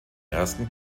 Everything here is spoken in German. ersten